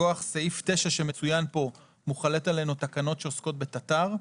מכוח סעיף 9 שמצוין פה מוחלות עלינו תקנות שעוסקות בתט"ר,